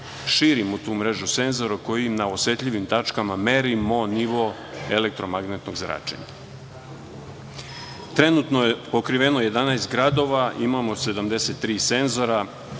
širimo tu mrežu senzora kojima na osetljivim tačkama merimo nivo elektromagnetnog zračenja. Trenutno je pokriveno 11 gradova, imamo 73 senzora,